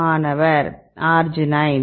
மாணவர் அர்ஜினைன்